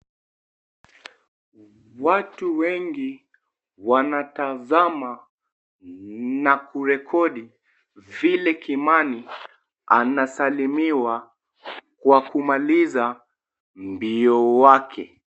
Watu wengi wanatazama na kurekodi vile Kimani anasalimiwa kwa kumaliza mbio wake.